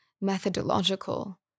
methodological